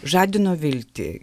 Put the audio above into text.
žadino viltį